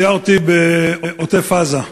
סיירתי בעוטף-עזה.